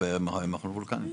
ובמכון הוולקני.